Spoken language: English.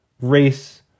race